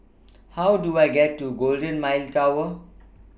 How Do I get to Golden Mile Tower